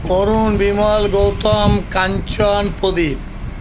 Arun Bimal Gautam Kanchan Pradip